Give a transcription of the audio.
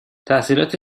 تحصیلات